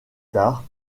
tard